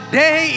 day